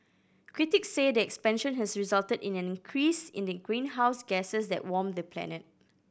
critics say the expansion has resulted in an increase in the greenhouse gases that warm the planet